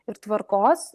ir tvarkos